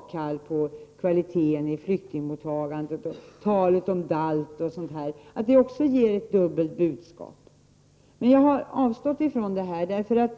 uppge på kvaliteten i fråga om flyktingmottagandet och att talet om dalt är exempel på detta med dubbla budskap. Men jag har avstått från att göra det.